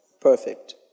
Perfect